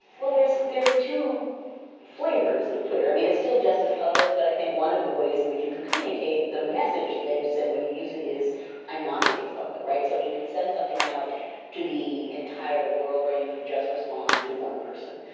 well, there's but there's two flavors of twitter. i mean, it's still just as public, but i think one of the ways in which you can communicate the message that you send when you use it is i'm not being as public, right? so you can send something out to the entire world or you can just respond to one person.